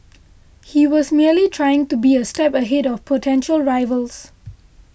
he was merely trying to be a step ahead of potential rivals